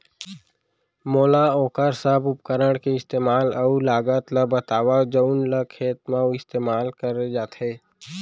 मोला वोकर सब उपकरण के इस्तेमाल अऊ लागत ल बतावव जउन ल खेत म इस्तेमाल करे जाथे?